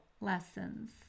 lessons